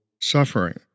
suffering